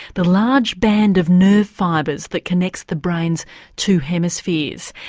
the large band of nerve fibres that connects the brain's two hemispheres.